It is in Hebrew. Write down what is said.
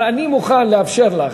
אבל אני מוכן לאפשר לך,